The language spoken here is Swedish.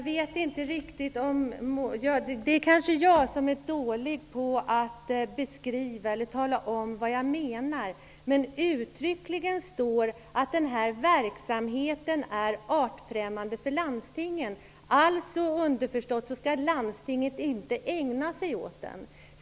Fru talman! Det kanske är jag som är dålig på att tala om vad jag menar. Det står uttryckligen i betänkandet att denna verksamhet är artfrämmande för landstingen, underförstått att landstingen inte skall ägna sig åt den.